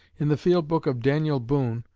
in the field book of daniel boone,